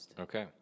okay